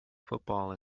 football